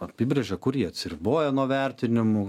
apibrėžė kurie jie atsiriboja nuo vertinimų